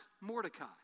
Mordecai